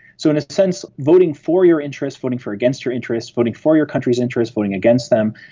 so in a sense, voting for your interest, voting for against your interest, voting for your country's interest, voting against them,